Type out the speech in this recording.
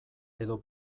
edo